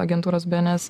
agentūros bns